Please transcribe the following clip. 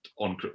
on